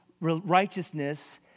righteousness